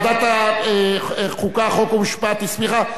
ועדת החוקה, חוק ומשפט הסמיכה.